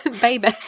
baby